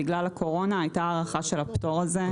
בגלל הקורונה הייתה הארכה של הפטור הזה,